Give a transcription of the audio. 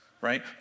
Right